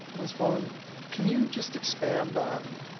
um can you just expand on